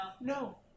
No